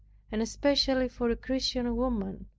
and especially for a christian woman.